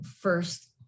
first